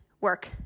work